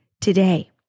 today